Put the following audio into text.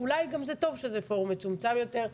אולי גם זה טוב שזה פורום מצומצם יותר,